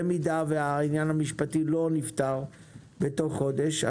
אם העניין המשפטי לא נפתר בתוך חודש,